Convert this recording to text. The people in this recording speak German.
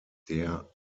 der